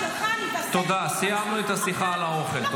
תודה, סיימנו את השיחה על האוכל.